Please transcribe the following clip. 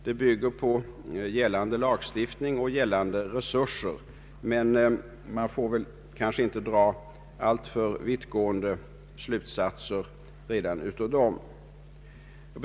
Det bygger på gällande lagstiftning och tillgängliga resurser, men man får kanske inte dra alltför vittgående slutsatser av detta försök.